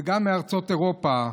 וגם ארצות אירופה.